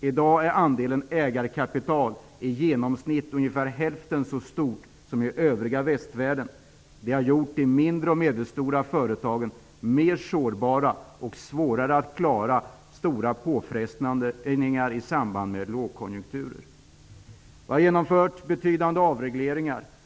I dag är andelen ägarkapital i genomsnitt ungefär hälften så stort som i övriga västvärlden. Det har gjort de mindre och medelstora företagen mer sårbara, och de har haft svårare att klara stora påfrestningar i samband med lågkonjunkturer. Vi har genomfört betydande avregleringar.